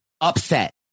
upset